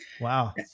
Wow